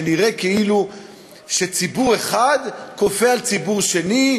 שנראה כאילו שציבור אחד כופה על ציבור שני,